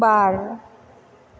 बार